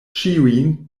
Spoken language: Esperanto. ĉiujn